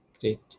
Great